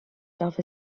darf